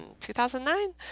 2009